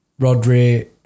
Rodri